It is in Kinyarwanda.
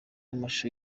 amashusho